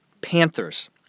Panthers